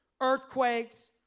earthquakes